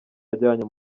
yajyanye